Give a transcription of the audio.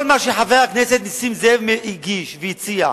כל מה שחבר הכנסת נסים זאב הגיש והציע,